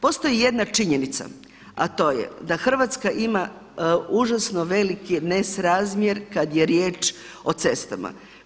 Postoji jedna činjenica, a to je da Hrvatska ima užasno veliki nesrazmjer kada je riječ o cestama.